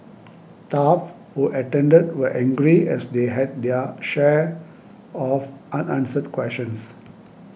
staff who attended were angry as they had their share of unanswered questions